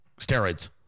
steroids